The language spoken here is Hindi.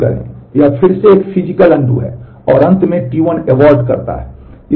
यह फिर से एक फिजिकल अनडू करता है